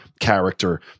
Character